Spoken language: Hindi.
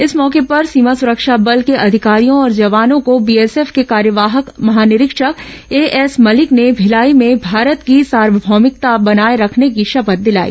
इस मौके पर सीमा सुरक्षा बल के अधिकारियों और जवानों को बीएसएफ के कार्यवाहक महानिरीक्षक एएस मलिक ने भिलाई में भारत की सार्वभौमिकता बनाए रखने की शपथ दिलाई